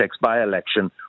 by-election